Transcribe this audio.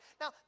Now